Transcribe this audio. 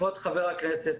כבוד חבר הכנסת,